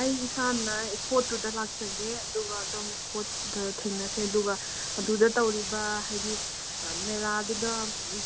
ꯑꯩ ꯏꯁꯥꯅ ꯏꯁꯄꯣꯠꯇꯨꯗ ꯂꯥꯛꯆꯒꯦ ꯑꯗꯨꯒ ꯑꯗꯣꯝ ꯏꯁꯄꯣꯠꯇꯨꯗ ꯊꯦꯡꯅꯁꯦ ꯑꯗꯨꯒ ꯑꯗꯨꯗ ꯇꯧꯔꯤꯕ ꯍꯥꯏꯗꯤ ꯃꯦꯂꯥꯗꯨꯗ